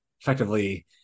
effectively